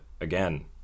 again